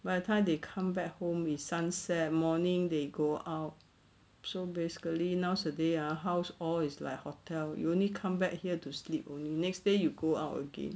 by the time they come back home is sunset morning they go out so basically nowadays ah house all is like hotel you only come back here to sleep only next day you go out again